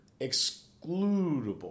excludable